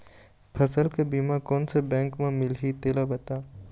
फसल के बीमा कोन से बैंक म मिलही तेला बता?